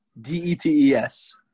D-E-T-E-S